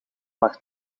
maar